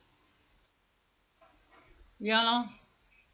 ya lor